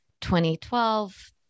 2012